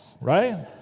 Right